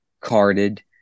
carded